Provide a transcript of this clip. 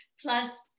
plus